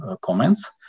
comments